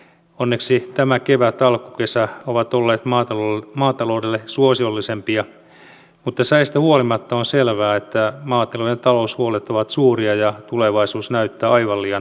onneksi tämä kevät alkukesä ovat olleet maataloudelle suosiollisempia mutta säistä huolimatta on selvää että maatilojen taloushuolet ovat suuria ja tulevaisuus näyttää aivan liian epävarmalta